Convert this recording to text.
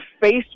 face